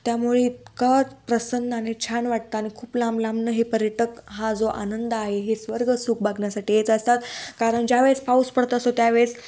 त्यामुळे इतकं प्रसन्न आणि छान वाटतं आणि खूप लांब लांबनं हे पर्यटक हा जो आनंद आहे हे स्वर्गसुख बघण्यासाठी येत असतात कारण ज्यावेळेस पाऊस पडत असो त्यावेळेस